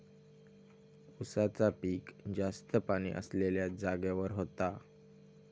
उसाचा पिक जास्त पाणी असलेल्या जागेवर होता